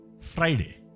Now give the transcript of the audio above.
Friday